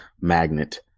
magnet